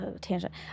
tangent